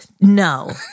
No